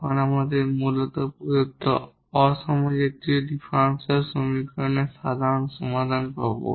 তখন আমরা রুটত প্রদত্ত নন হোমোজিনিয়াস ডিফারেনশিয়াল সমীকরণের সাধারণ সমাধান পাব